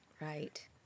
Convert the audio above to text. Right